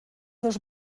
dos